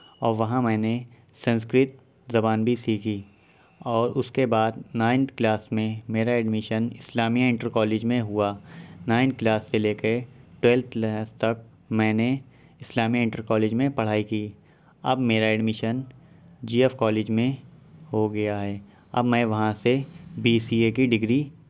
اور وہاں میں نے سنسکرت زبان بھی سیکھی اور اس کے بعد نائنتھ کلاس میں میرا ایڈمیشن اسلامیہ انٹر کالج میں ہوا نائن کلاس سے لے کے ٹیلتھ کلاس تک میں نے اسلامیہ انٹر کالج میں پڑھائی کی اب میرا ایڈمشن جی ایف کالج میں ہو گیا ہے اب میں وہاں سے بی سی اے کی ڈگری